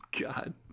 God